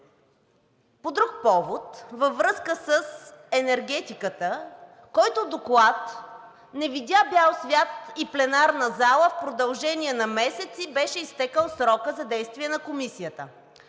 по друг повод, във връзка с енергетиката, който доклад не видя бял свят и пленарна зала в продължение на месеци – беше изтекъл срокът за действие на Комисията.